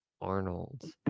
arnold